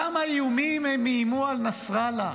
כמה איומים הם איימו על נסראללה,